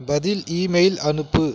பதில் இமெயில் அனுப்பு